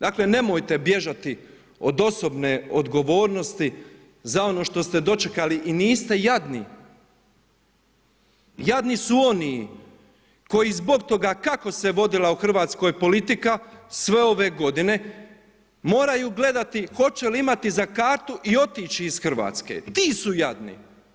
Dakle nemojte bježati od osobne odgovornosti za ono što ste dočekali i niste jadni, jadni su oni koji zbog toga kako se vodila u Hrvatskoj politika sve ove godine moraju gledati hoće li imati za kartu i otići iz Hrvatske, ti su jadni.